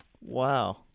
Wow